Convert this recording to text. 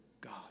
God